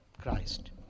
Christ